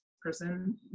person